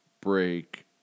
Break